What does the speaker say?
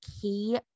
key